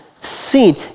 seen